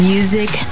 Music